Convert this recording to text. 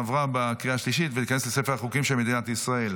עברה בקריאה השלישית ותיכנס לספר החוקים של מדינת ישראל.